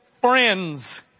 friends